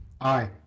Aye